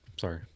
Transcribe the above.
Sorry